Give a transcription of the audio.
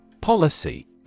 Policy